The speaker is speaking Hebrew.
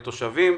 תושבים,